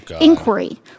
inquiry